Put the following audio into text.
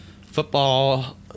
football